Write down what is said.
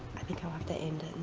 i think i'll have to end